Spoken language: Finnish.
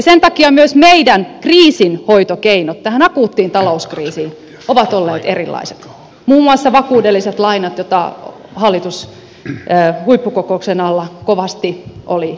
sen takia myös meidän kriisinhoitokeinomme tähän akuuttiin talouskriisiin ovat olleet erilaiset muun muassa vakuudelliset lainat joita hallitus huippukokouksen alla kovasti oli esittämässä